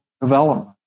development